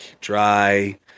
dry